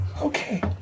Okay